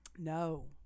No